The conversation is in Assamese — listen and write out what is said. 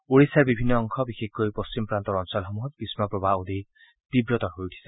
উৰিষ্যাৰ বিভিন্ন অংশ বিশেষকৈ পশ্চিমপ্ৰান্তৰ অঞ্চলসমূহত গ্ৰীম্মপ্ৰবাহ অধিক তীব্ৰতৰ হৈ উঠিছে